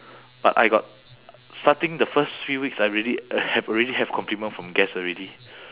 but I got starting the first few weeks I already have already have compliment from guest already